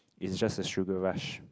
it's just the sugar rush